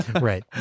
right